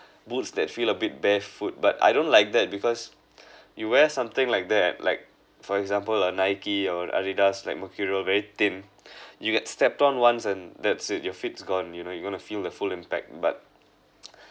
boots that feel a bit barefoot but I don't like that because you wear something like that like for example a Nike or Adidas like mercurial very thin you get stepped on once and that's it your feet's gone you know you're going to feel the full impact but